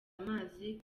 amazi